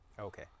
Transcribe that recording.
Okay